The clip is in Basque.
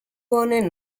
honen